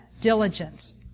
Diligence